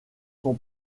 son